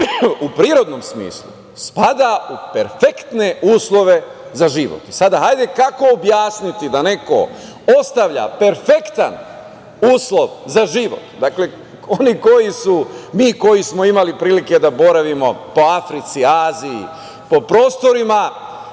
u prirodnom smislu, spada u perfektne uslove za život. Sada, hajde kako objasniti da neko ostavlja perfektan uslov za život, dakle oni koji su, mi koji smo imali prilike da boravimo po Africi, Aziji, po prostorima